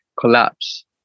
collapse